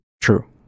true